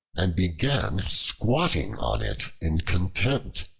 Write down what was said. and began squatting on it in contempt.